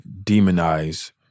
demonize